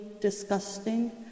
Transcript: Disgusting